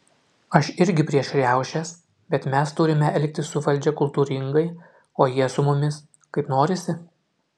aš irgi prieš riaušės bet mes turime elgtis su valdžia kultūringai o jie su mumis kaip norisi